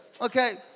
okay